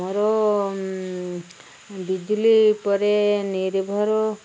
ଆମର ବିଜୁଳି ଉପରେ ନିର୍ଭର